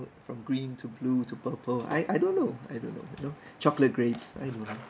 from green to blue to purple I I don't know I don't know you know chocolate grapes I don't know